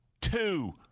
two